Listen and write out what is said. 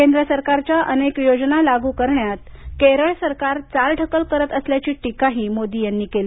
केंद्र सरकारच्या अनेक योजना लागू करण्यात केरळ सरकार चालढकल करत असल्याची टीकाही मोर्दींनी केली